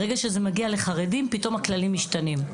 ברגע שזה מגיע לחרדים פתאום הכללים משתנים.